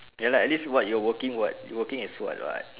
ya lah at least what you are working [what] you working as what [what]